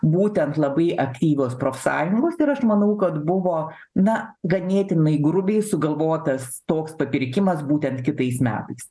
būtent labai aktyvios profsąjungos ir aš manau kad buvo na ganėtinai grubiai sugalvotas toks papirkimas būtent kitais metais